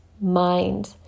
mind